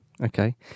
okay